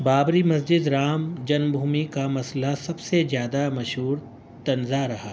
Babri Masjid Ram Janmabhoomi کا مسئلہ سب سے زیادہ مشہور تنازع رہا